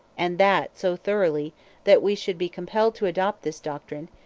and that so thoroughly that we should be compelled to adopt this doctrine,